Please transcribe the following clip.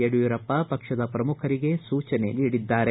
ಯಡಿಯೂರಪ್ಪ ಪಕ್ಷದ ಪ್ರಮುಖರಿಗೆ ಸೂಚನೆ ನೀಡಿದ್ದಾರೆ